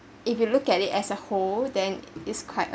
if you look at it as a whole then is quite